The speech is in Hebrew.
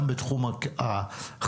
גם בתחום החקיקה,